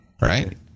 right